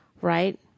right